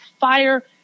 fire